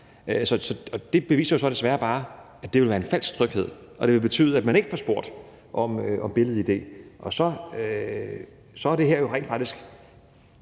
Det beviser jo så desværre bare, at det vil give en falsk tryghed, og at det vil betyde, at man ikke får spurgt om billed-id, og så er det her rent faktisk